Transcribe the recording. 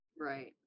Right